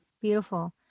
Beautiful